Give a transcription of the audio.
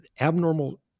abnormal